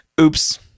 Oops